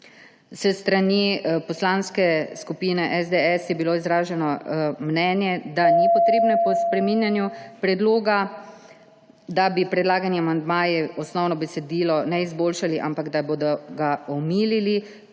S strani Poslanske skupine SDS je bilo izraženo mnenje, da ni potrebe po spreminjanju predloga, da predlagani amandmaji osnovnega besedila ne bi izboljšali, ampak bi ga omilili.